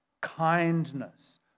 kindness